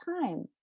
time